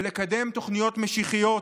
ולקדם תוכניות משיחיות